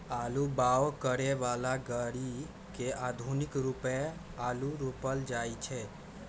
आलू बाओ करय बला ग़रि से आधुनिक रुपे आलू रोपल जाइ छै